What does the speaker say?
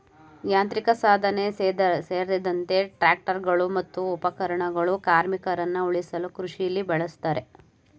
ಯಾಂತ್ರಿಕಸಾಧನ ಸೇರ್ದಂತೆ ಟ್ರಾಕ್ಟರ್ಗಳು ಮತ್ತು ಉಪಕರಣಗಳು ಕಾರ್ಮಿಕರನ್ನ ಉಳಿಸಲು ಕೃಷಿಲಿ ಬಳುಸ್ತಾರೆ